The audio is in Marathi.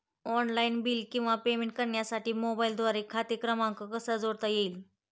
ऑनलाईन बिल किंवा पेमेंट करण्यासाठी मोबाईलद्वारे खाते क्रमांक कसा जोडता येईल?